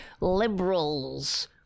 liberals